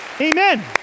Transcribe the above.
Amen